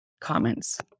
comments